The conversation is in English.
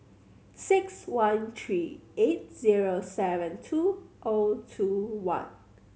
six one three eight zero seven two O two one